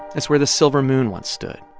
that's where the silver moon once stood.